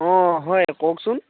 অঁ হয় কওকচোন